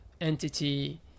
entity